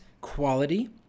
quality